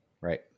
Right